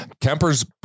Kemper's